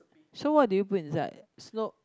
so what do you put inside snow